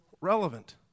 relevant